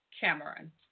Cameron